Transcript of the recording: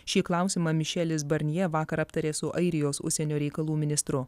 šį klausimą mišelis barnjė vakar aptarė su airijos užsienio reikalų ministru